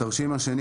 בתרשים השני